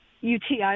UTI